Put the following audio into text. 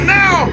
now